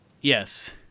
yes